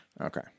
Okay